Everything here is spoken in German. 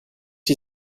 die